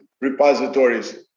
repositories